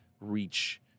reach